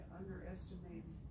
underestimates